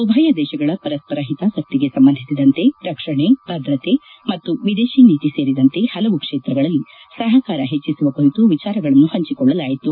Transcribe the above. ಉಭಯ ದೇಶಗಳ ಪರಸ್ಪರ ಹಿತಾಸಕ್ತಿಗೆ ಸಂಬಂಧಿಸಿದಂತೆ ರಕ್ಷಣೆ ಭದ್ರತೆ ಮತ್ತು ವಿದೇಶಿ ನೀತಿ ಸೇರಿದಂತೆ ಹಲವು ಕ್ಷೇತ್ರಗಳಲ್ಲಿ ಸಹಕಾರ ಹೆಚ್ಚಿಸುವ ಕುರಿತಂತೆ ವಿಚಾರಗಳನ್ನು ಹಂಚಿಕೊಳ್ಳಲಾಯಿತು